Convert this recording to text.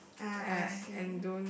ah I see